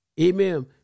Amen